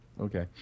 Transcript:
Okay